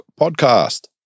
Podcast